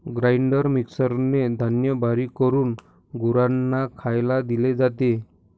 grinder मिक्सरने धान्य बारीक करून गुरांना खायला दिले जाते